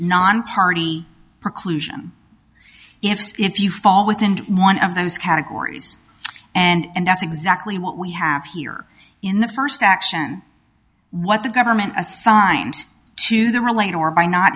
preclusion if if you fall within one of those categories and that's exactly what we have here in the first action what the government assigned to the relate or by not